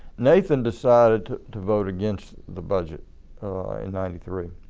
nathan decided to vote against the budget in ninety three,